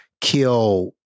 kill